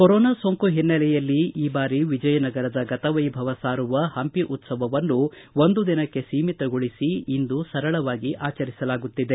corona ಸೋಂಕು ಹಿನ್ನೆಲೆಯಲ್ಲಿ ಈ ಬಾರಿ ವಿಜಯನಗರದ ಗತವೈಭವ ಸಾರುವ ಪಂಪಿ ಉತ್ಸವವನ್ನು ಒಂದು ದಿನಕ್ಕೆ ಸೀಮಿತಗೊಳಿಸಿ ಇಂದು ಸರಳವಾಗಿ ಆಚರಿಸಲಾಗುತ್ತಿದೆ